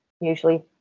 usually